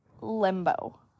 limbo